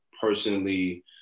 personally